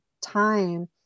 time